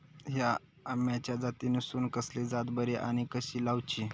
हया आम्याच्या जातीनिसून कसली जात बरी आनी कशी लाऊची?